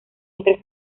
entre